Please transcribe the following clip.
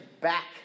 back